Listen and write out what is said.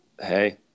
hey